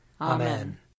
Amen